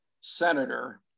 senator